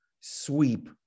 sweep